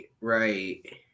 right